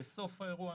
בסוף האירוע,